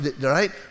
right